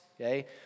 okay